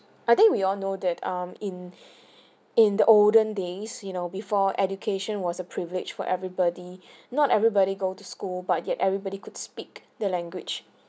I think we all know that um in in the olden days you know before education was a privilege for everybody not everybody go to school but yet everybody could speak the language